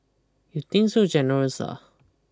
you think so generous ah